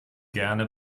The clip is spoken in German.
gerne